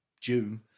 June